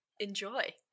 Enjoy